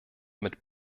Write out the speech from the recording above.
mit